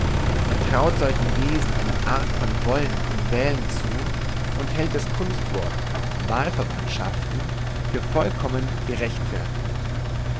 man traut solchen wesen eine art von wollen und wählen zu und hält das kunstwort wahlverwandtschaften für vollkommen gerechtfertigt